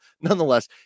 Nonetheless